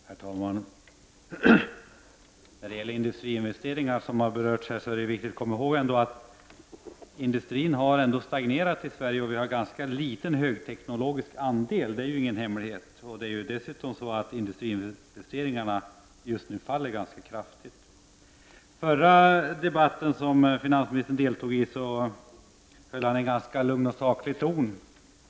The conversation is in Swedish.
Herr talman! När det gäller industriinvesteringar, som har berörts här, är det viktigt att komma ihåg att industrin ändå har stagnerat i Sverige och att vi har en ganska liten högteknologisk andel. Detta är ju ingen hemlighet. Dessutom är det ju så att industriinvesteringarna just nu faller ganska kraftigt. I den förra debatten som finansministern deltog i höll han en ganska lugn och saklig ton.